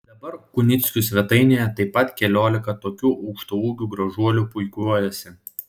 dabar kunickių svetainėje taip pat keliolika tokių aukštaūgių gražuolių puikuojasi